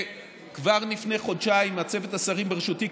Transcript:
כבר לפני חודשיים צוות השרים בראשותי,